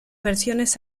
versiones